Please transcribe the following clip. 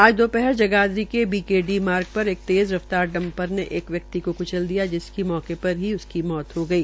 आज दोपहर जगाधरी के बीकेडी मार्ग पर तेज़ रफ्तार डपर ने एक व्यक्ति को कृचल दिया जिसकी मौके पर ही मृतय् हो गई